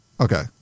Okay